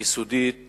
יסודית